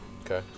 Okay